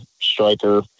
striker